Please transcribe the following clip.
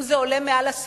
אם זה עולה על 10%,